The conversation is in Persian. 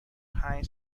پنج